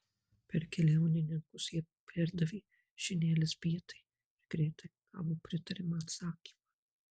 per keliauninkus jie perdavė žinią elzbietai ir greitai gavo pritariamą atsakymą